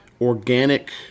organic